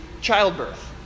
childbirth